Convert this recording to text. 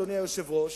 אדוני היושב-ראש,